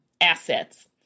assets